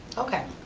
okay,